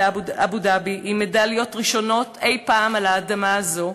באבו-דאבי עם מדליות ראשונות אי-פעם על האדמה הזו,